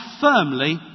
firmly